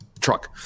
truck